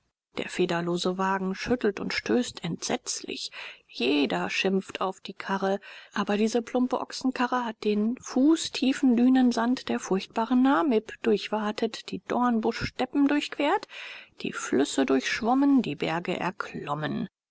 der federlose wagen schüttelt und stößt entsetzlich jeder schimpft auf die karre aber diese plumpe ochsenkarre hat den fußtiefen dünensand der furchtbaren namib durchwatet die dornbuschsteppen durchquert die flüsse durchschwommen die berge erklommen